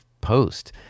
post